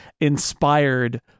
inspired